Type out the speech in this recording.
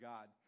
God